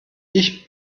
ich